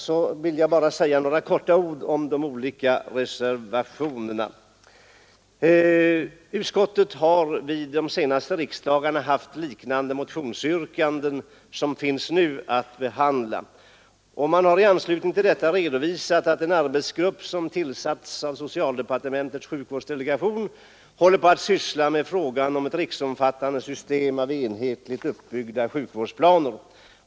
Jag vill nu bara säga några korta ord om de olika reservationerna. Utskottet har vid de senaste riksdagarna haft att behandla liknande motionsyrkanden som nu. Man har i anslutning till detta redovisat att en arbetsgrupp som tillsatts av socialdepartementets sjukvårdsdelegation sysslar med frågan om ett riksomfattande system av enhetligt uppbyggda sjukvårdsplaner.